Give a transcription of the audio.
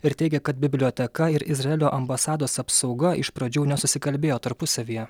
ir teigia kad biblioteka ir izraelio ambasados apsauga iš pradžių nesusikalbėjo tarpusavyje